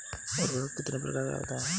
उर्वरक कितने प्रकार का होता है?